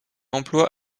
emploi